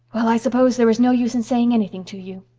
well, i suppose there is no use in saying anything to you.